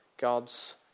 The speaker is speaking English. God's